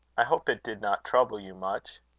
i hope it did not trouble you much.